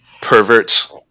Perverts